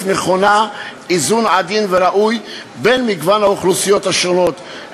נכונה איזון עדין וראוי בין מגוון האוכלוסיות השונות,